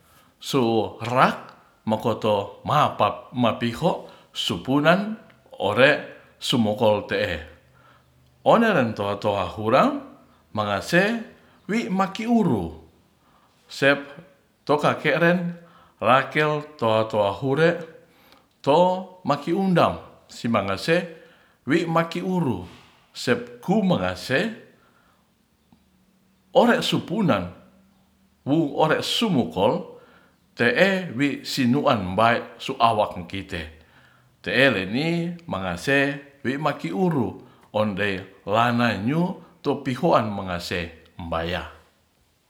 Su'rak makoto mapamapiho supunan ore'sumokol te'e onenen to'a-to'a hurang mangase wi'maki uru sep to'ka keren rakel toa-toa hure to makiundang simangase wi'maki uru sepkumakase ore'supunan wu ore'sumokol te'e wi sinuan bae suawak nukite te'e leni makase wi'maki uru onde lanainyu topi'oan mangaseh bayah